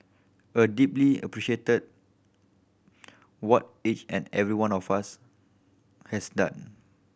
I deeply appreciate that what each and every one of us has done